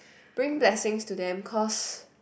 bringing blessings to them cause